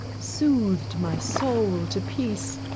soothed my soul to peace,